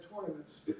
tournaments